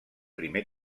primer